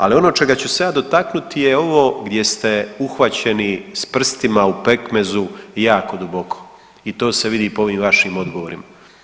Ali ono čega ću se ja dotaknuti je ovo gdje ste uhvaćeni s prstima u pekmezu jako duboko i to se vidi po ovim vašim odgovorima.